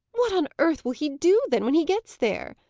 what on earth will he do, then, when he gets there?